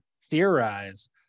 theorize